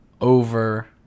over